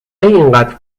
اینقدر